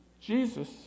Jesus